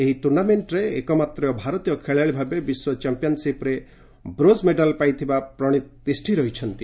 ଏହି ଟୁର୍ଣ୍ଣାମେଣ୍ଟରେ ଏକମାତ ଭାରତୀୟ ଖେଳାଳି ଭାବେ ବିଶ୍ୱ ଚାମ୍ପିୟନ୍ସିପ୍ର ବ୍ରୋଞ୍ ମେଡାଲ୍ ପାଇଥିବା ପ୍ରଣୀତ ତିଷ୍ଠି ରହିଛନ୍ତି